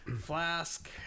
flask